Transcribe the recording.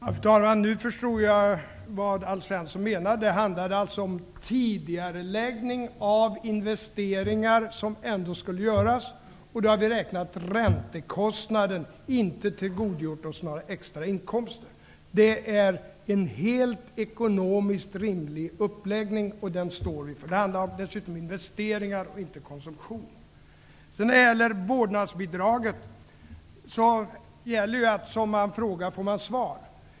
Fru talman! Nu förstod jag vad Alf Svensson menade. Det handlade alltså om tidigareläggning av investeringar som ändå skulle göras. Vi har räknat med räntekostnaden men inte med några extra inkomster. Det är en ekonomiskt helt rimlig uppläggning, och den står vi för. Det handlar dessutom om investeringar och inte om konsumtion. Beträffande vårdnadsbidrag gäller att som man frågar får man svar.